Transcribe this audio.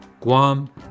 Guam